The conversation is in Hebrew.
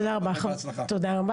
תודה רבה.